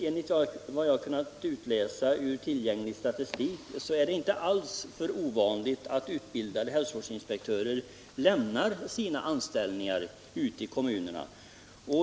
Enligt vad jag har kunnat utläsa ur tillgänglig statistik är det inte alls ovanligt att utbildade hälsovårdsinspektörer lämnar sina anställningar i kommunerna.